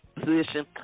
position